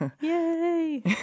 Yay